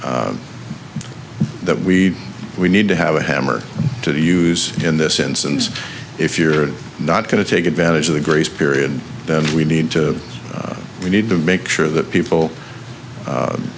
we we need to have a hammer to use in this instance if you're not going to take advantage of the grace period then we need to we need to make sure that people